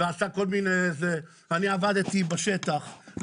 אני עבדתי בשטח,